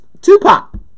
Tupac